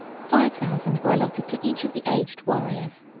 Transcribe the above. five thousand were allotted to each of the aged warriors,